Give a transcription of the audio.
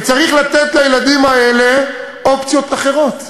וצריך לתת לילדים האלה אופציות אחרות.